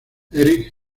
eric